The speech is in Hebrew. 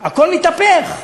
הכול נתהפך.